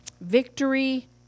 victory